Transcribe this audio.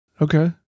Okay